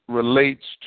relates